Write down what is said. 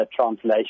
translation